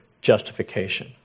justification